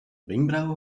wenkbrauwen